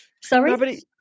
Sorry